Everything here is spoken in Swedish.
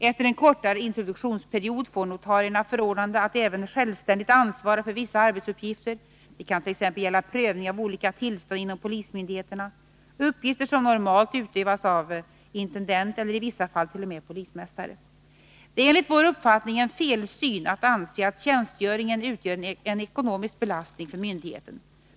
Efter en kortare introduktionsperiod får notarierna förordnanden att även självständigt ansvara för vissa arbetsuppgifter, det kan t.ex. gälla prövning av olika tillstånd inom polismyndigheterna, uppgifter som normalt utövas av intendent eller i vissa fall t.o.m. polismästare. Det är enligt vår uppfattning en felsyn att anse att tjänstgöringen utgör en ekonomisk belastning för myndigheten.